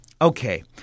Okay